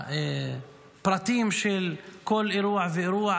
הפרטים של כל אירוע ואירוע,